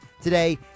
today